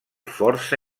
força